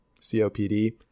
COPD